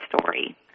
story